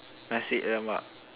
Nasi-Lemak